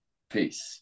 Peace